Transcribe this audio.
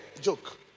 joke